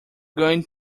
going